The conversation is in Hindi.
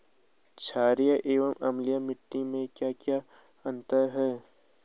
छारीय एवं अम्लीय मिट्टी में क्या क्या अंतर हैं?